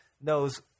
knows